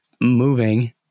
moving